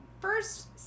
first